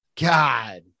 God